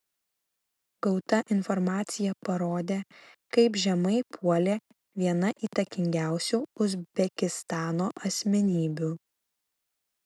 gauta informacija parodė kaip žemai puolė viena įtakingiausių uzbekistano asmenybių